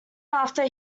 after